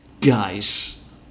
Guys